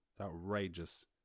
Outrageous